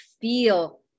feel